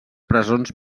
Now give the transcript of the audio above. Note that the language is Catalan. presons